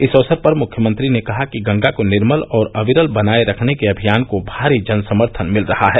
इस अवसर पर मुख्यमंत्री ने कहा कि गंगा को निर्मल और अविरल बनाए रखने को अभियान को भारी जनसमर्थन मिल रहा है